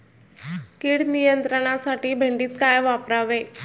कीड नियंत्रणासाठी भेंडीत काय वापरावे?